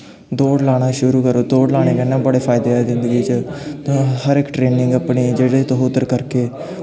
दौड़ लाना शुरू करो दौड़ लाने कन्नै बड़े फायदे ऐ जिन्दगी च तुसें हर इक ट्रेनिंग अपनी जेह्ड़ी तुस उद्धर करगे